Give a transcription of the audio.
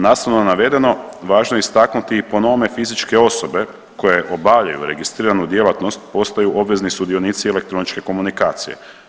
Nastavno na navedeno važno je istaknuti i po novome fizičke osobe koje obavljaju registriranu djelatnost, postaju obavezni sudionici elektroničke komunikacije.